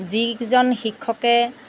যিকেইজন শিক্ষকে